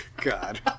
God